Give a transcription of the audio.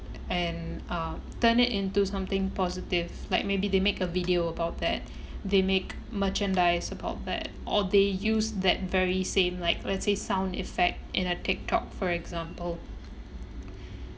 and uh turn it into something positive like maybe they make a video about that they make merchandise about that or they use that very same like let's say sound effect in a tiktok for example